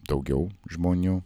daugiau žmonių